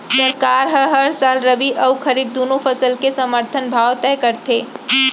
सरकार ह हर साल रबि अउ खरीफ दूनो फसल के समरथन भाव तय करथे